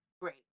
great